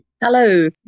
Hello